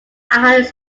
islands